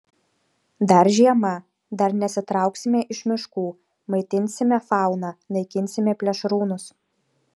dar žiema dar nesitrauksime iš miškų maitinsime fauną naikinsime plėšrūnus